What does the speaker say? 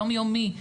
יומיומי,